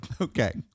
Okay